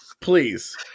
please